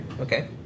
Okay